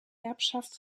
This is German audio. erbschaft